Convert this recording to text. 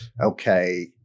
okay